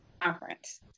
conference